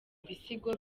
ibisigo